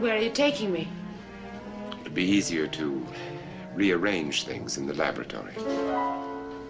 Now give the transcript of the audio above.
where are you taking me to be easier to rearrange things in the laborator